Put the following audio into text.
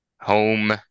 home